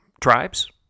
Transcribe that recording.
tribes